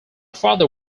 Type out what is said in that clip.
father